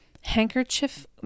handkerchief